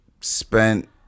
spent